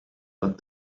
but